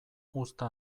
uzta